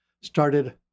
started